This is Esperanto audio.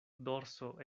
dorso